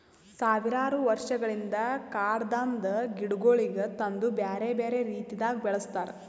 ಸಾವಿರಾರು ವರ್ಷಗೊಳಿಂದ್ ಕಾಡದಾಂದ್ ಗಿಡಗೊಳಿಗ್ ತಂದು ಬ್ಯಾರೆ ಬ್ಯಾರೆ ರೀತಿದಾಗ್ ಬೆಳಸ್ತಾರ್